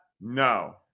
No